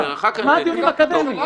למה הדיונים האקדמיים?